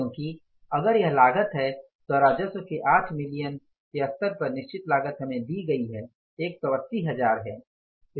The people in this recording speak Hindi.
क्योंकि अगर यह लागत है तो राजस्व के 8 मिलियन स्तर पर निश्चित लागत हमें दी गई है एक सौ अस्सी हजार है